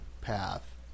path